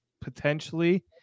potentially